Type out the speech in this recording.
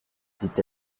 dit